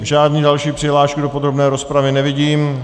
Žádnou další přihlášku do podrobné rozpravy nevidím.